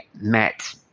met